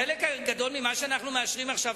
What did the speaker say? חלק גדול ממה שאנחנו מאשרים עכשיו,